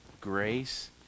grace